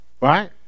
right